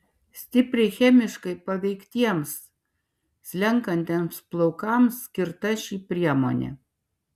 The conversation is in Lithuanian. stipriai chemiškai paveiktiems slenkantiems plaukams skirta ši priemonė